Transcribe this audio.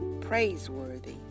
praiseworthy